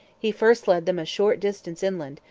he first led them a short distance inland,